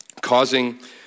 causing